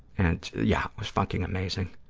and, yeah, it was fucking amazing.